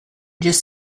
just